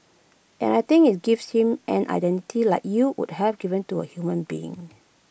and I think IT gives him an identity like you would have given to A human being